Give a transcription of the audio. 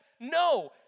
no